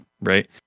right